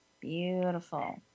Beautiful